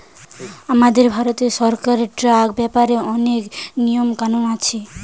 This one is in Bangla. আমাদের ভারতীয় সরকারের ট্যাক্স ব্যাপারে অনেক নিয়ম কানুন আছে